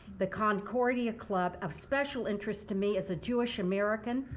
the concordia club, of special interest to me as a jew wish american.